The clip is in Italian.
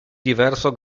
diverso